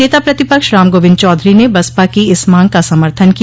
नेता प्रतिपक्ष राम गोविंद चौधरी ने बसपा की इस मांग का समर्थन किया